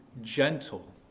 gentle